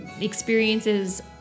experiences